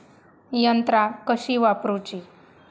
यंत्रा कशी वापरूची?